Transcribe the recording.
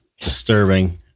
disturbing